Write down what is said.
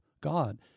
God